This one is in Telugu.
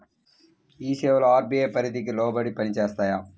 ఈ సేవలు అర్.బీ.ఐ పరిధికి లోబడి పని చేస్తాయా?